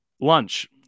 Lunch